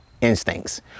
instincts